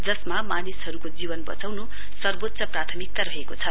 जसमा मानिसहरूको जीवन बचाउनु सर्वोच्य प्राथमिकता रहेको छ